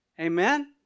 Amen